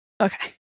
okay